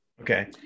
Okay